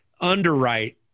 underwrite